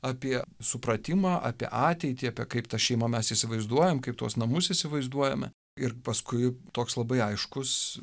apie supratimą apie ateitį apie kaip tą šeimą mes įsivaizduojam kaip tuos namus įsivaizduojame ir paskui toks labai aiškus